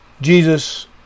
Jesus